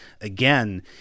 again